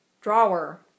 Drawer